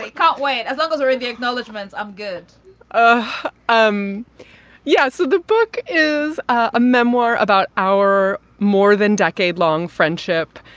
can't wait as long as they're in the acknowledgements. i'm good ah um yeah. so the book is a memoir about our more than decade long friendship.